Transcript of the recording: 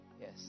Yes